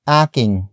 aking